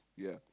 yeah